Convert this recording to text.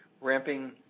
ramping